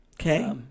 Okay